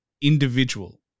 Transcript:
individual